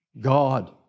God